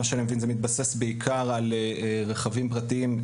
ממה שאני מבין זה מתבסס בעיקר על רכבים פרטיים,